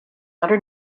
under